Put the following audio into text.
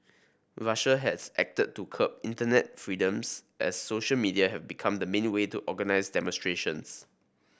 Russia has acted to curb internet freedoms as social media have become the main way to organise demonstrations